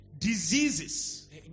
diseases